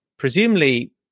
Presumably